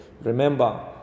Remember